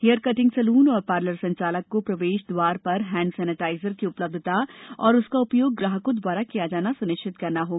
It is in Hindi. हेयर कटिंग सैलून एवं पार्लर संचालक को प्रवेश द्वार पर हैण्ड सेनेटाइजर की उपलब्धता एवं उसका उपयोग ग्राहकों दवारा किया जाना स्निश्चित करना होगा